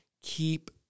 keep